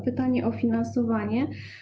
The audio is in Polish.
Pytanie o finansowanie.